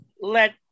let